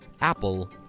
Apple